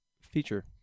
feature